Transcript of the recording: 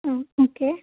ആ ഓക്കേ